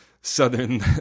Southern